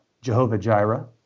Jehovah-Jireh